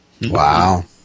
wow